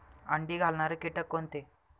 अंडी घालणारे किटक कोणते?